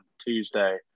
Tuesday